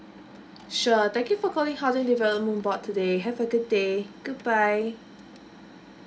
sure thank you for calling housing development board today have a good day goodbye